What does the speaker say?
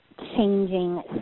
changing